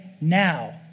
now